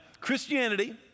Christianity